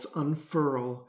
unfurl